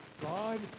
God